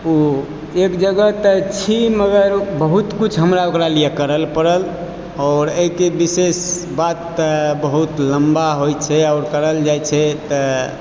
ओ एक जगह तऽ छी मगर बहुत कुछ हमरा ओकरा लिअ करल पड़ल आओर एहिके विशेष बात तऽ बहुत लम्बा होयत छै आओर करल जाइत छै तऽ